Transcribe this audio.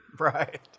Right